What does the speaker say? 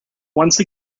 once